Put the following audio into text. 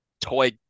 toy